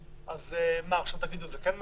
אז עכשיו תגידו: זה כן מהותי,